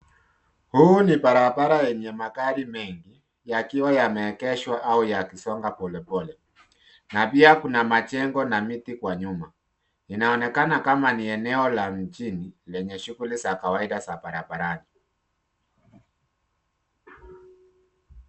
Huu ni barabara yenye magari mengi yakiwa yameegeshwa au yakisonga polepole na pia kuna majengo na miti kwa nyuma. Inaonekana kama ni eneo la mjini lenye shughuli za kawaida za barabarani.